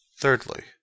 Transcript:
Thirdly